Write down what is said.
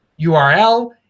URL